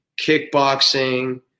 kickboxing